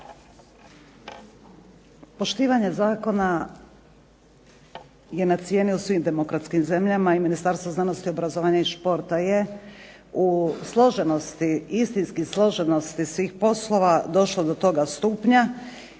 Poštivanja zakona je na cijeni u svim demokratskim zemljama i Ministarstvo znanosti, obrazovanja i športa je u složenosti istinski složenosti svih poslova došlo do toga stupnja.